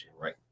Right